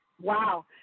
Wow